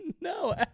No